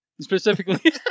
Specifically